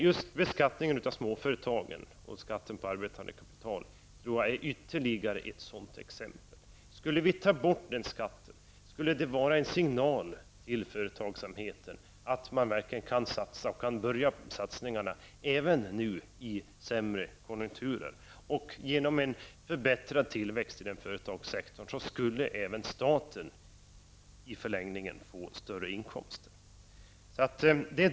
Just beskattningen av småföretagen och skatten på arbetande kapital tror jag är ytterligare ett sådant exempel. Skulle vi ta bort den skatten, skulle det vara en signal till företagsamheten att man verkligen kan börja satsningarna, även nu i sämre konjunkturer. Genom förbättrad tillväxt i den företagssektorn skulle i förlängningen även staten få större inkomster.